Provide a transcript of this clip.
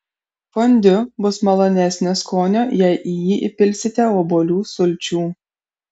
fondiu bus malonesnio skonio jei į jį įpilsite obuolių sulčių